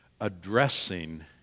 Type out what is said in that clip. addressing